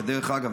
כדרך אגב,